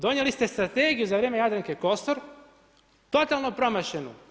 Donijeli ste strategiju za vrijeme Jadranke Kosor totalnu promašenu.